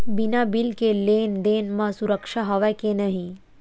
बिना बिल के लेन देन म सुरक्षा हवय के नहीं?